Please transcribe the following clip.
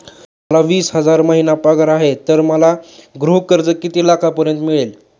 मला वीस हजार महिना पगार आहे तर मला गृह कर्ज किती लाखांपर्यंत मिळेल?